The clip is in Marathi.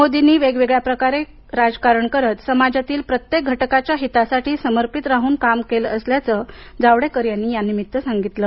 मोर्दींनी वेगवेगळ्या प्रकारे राजकारण करत समाजातील प्रत्येक घटकाच्या हितासाठी समर्पित राहून काम करत असल्याचं जावडेकर यांनी यानिमित्त सांगितलं